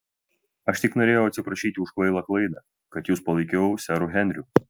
aš tik norėjau atsiprašyti už kvailą klaidą kad jus palaikiau seru henriu